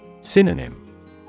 Synonym